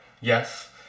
yes